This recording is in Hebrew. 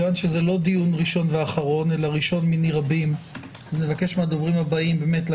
כיוון שזה דיון ראשון מיני רבים נבקש לגעת